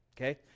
Okay